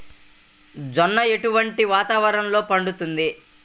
జొన్న ఎటువంటి వాతావరణంలో పండుతుంది?